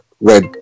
red